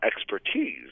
expertise